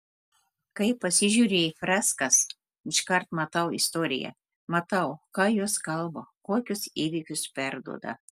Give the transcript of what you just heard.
kai pasižiūriu į freskas iškart matau istoriją matau ką jos kalba kokius įvykius perduoda